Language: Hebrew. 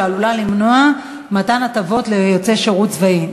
שעלולה למנוע מתן הטבות ליוצאי שירות צבאי.